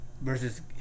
versus